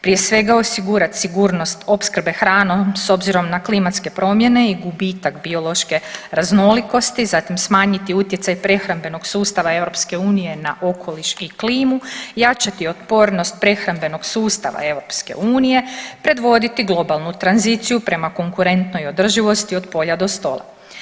Prije svega osigurati sigurnost opskrbe hranom s obzirom na klimatske promjene i gubitak biološke raznolikosti, zatim smanjiti utjecaj prehrambenog sustava EU na okoliš i klimu, jačati otpornost prehrambenog sustava EU, predvoditi globalnu tranziciju prema konkurentnoj održivosti od polja do stola.